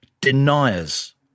deniers